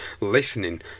listening